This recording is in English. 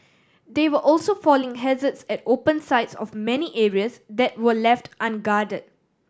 there were also falling hazards at open sides of many areas that were left unguarded